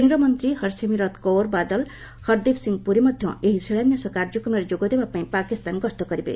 କେନ୍ଦ୍ରମନ୍ତ୍ରୀ ହର୍ସିମ୍ରତ୍ କୌର୍ ବାଦଲ୍ ହର୍ଦୀପ୍ ସିଂ ପୁରୀ ମଧ୍ୟ ଏହି ଶିଳାନ୍ୟାସ କାର୍ଯ୍ୟକ୍ରମରେ ଯୋଗଦେବାପାଇଁ ପାକିସ୍ତାନ ଗସ୍ତ କରିବେ